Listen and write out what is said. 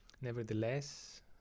nevertheless